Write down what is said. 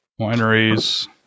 wineries